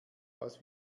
aus